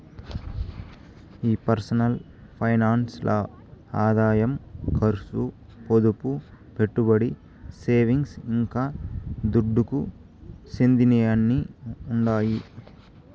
ఈ personal finance ల్ల ఆదాయం కర్సు, పొదుపు, పెట్టుబడి, సేవింగ్స్, ఇంకా దుడ్డుకు చెందినయ్యన్నీ ఉండాయి